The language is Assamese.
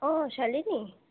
অঁ চালিনি